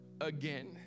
again